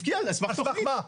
על סמך תב"ע.